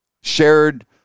shared